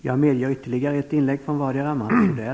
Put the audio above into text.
Jag medger ytterligare ett inlägg från vardera talaren.